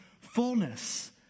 fullness